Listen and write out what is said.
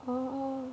oh